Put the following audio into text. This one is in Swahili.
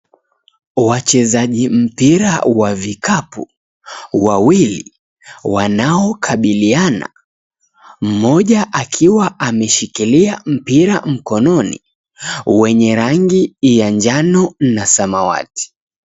Wachezaji mpira wa vikapu, wawili, wanaokabiliana, mmoja akiwa ameshikilia mpira mkononi wenye rangi ya njano na samawati.